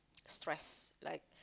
stress like